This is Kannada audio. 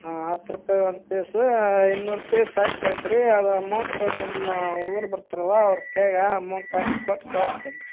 ಹಾಂ ಹತ್ತು ರೂಪಾಯಿ ಒಂದು ಪೀಸ ಐನೂರು ಪೀಸ್ ಹಾಕಿ ಕಳ್ಸಿ ರೀ ಅದು ಅಮೌಂಟ್ ನಿಮ್ಮ ಹುಡ್ಗ್ರು ಬರ್ತಾರಲ್ಲ ಅವ್ರ ಕೈಗೆ ಅಮೌಂಟ್ ಹಾಕಿ ಕೊಟ್ಟು ಕಳ್ಸ್ತೀನಿ ರೀ